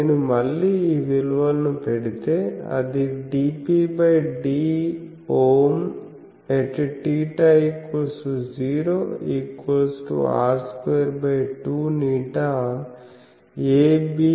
నేను మళ్ళీ ఈ విలువను పెడితే అది dPdΩIθ0r22ղabkE02πr2 అవుతుంది